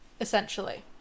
Essentially